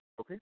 okay